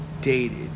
dated